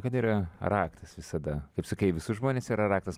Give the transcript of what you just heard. kad yra raktas visada kaip sakai į visus žmonės yra raktas